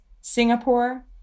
Singapore